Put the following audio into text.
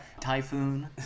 Typhoon